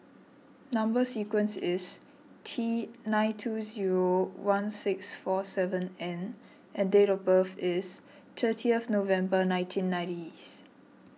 Number Sequence is T nine two zero one six four seven N and date of birth is thirtieth November nineteen nineties